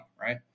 right